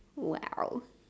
!wow!